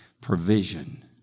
provision